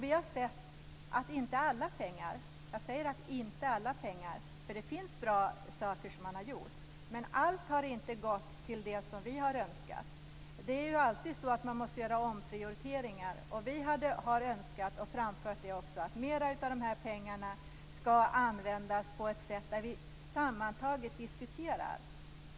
Vi har sett att inte alla pengar - man har gjort bra saker också - har gått till det som vi har önskat. Man måste alltid göra omprioriteringar, och vi har önskat och framfört att mer av dessa pengar ska användas på ett sätt där vi sammantaget diskuterar.